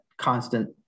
constant